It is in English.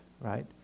Right